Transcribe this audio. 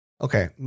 Okay